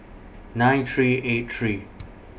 nine three eight three